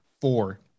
four